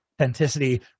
authenticity